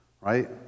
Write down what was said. right